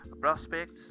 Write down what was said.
prospects